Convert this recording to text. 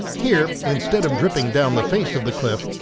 here, instead of dripping down the face of the cliff,